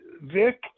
Vic